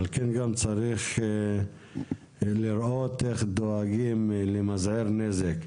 ועל כן גם צריך לראות איך דואגים למזער נזק,